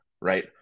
right